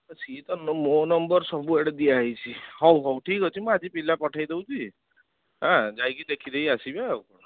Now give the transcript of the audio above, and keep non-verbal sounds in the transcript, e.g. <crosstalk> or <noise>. <unintelligible> ମୋ ନମ୍ବର ସବୁ ଆଡ଼େ ଦିଆହେଇଛି ହଉ ହଉ ଠିକ୍ ଅଛି ମୁଁ ଆଜି ପିଲା ପଠାଇ ଦେଉଛି ହାଁ ଯାଇକି ଦେଖିଦେଇ ଆସିବେ ଆଉ